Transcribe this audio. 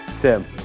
Tim